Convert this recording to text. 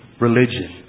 religion